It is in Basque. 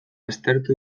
aztertu